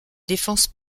défense